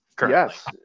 Yes